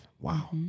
wow